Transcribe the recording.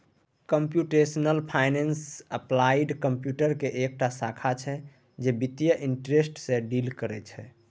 computational finance applied computer केर एकटा शाखा छै जे बित्तीय इंटरेस्ट सँ डील करय छै